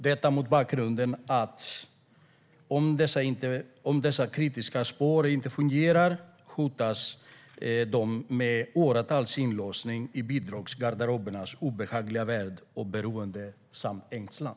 Jag frågar mot bakgrund av att om dessa viktiga spår inte fungerar hotas de nyanlända av åratals inlåsning i bidragsgarderobernas obehagliga värld och av beroende och ängslan.